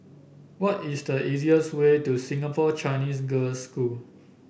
what is the easiest way to Singapore Chinese Girls' School